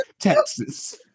Texas